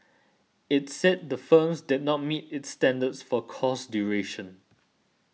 it said the firms did not meet its standards for course duration